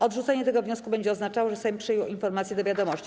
Odrzucenie tego wniosku będzie oznaczało, że Sejm przyjął informację do wiadomości.